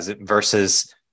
versus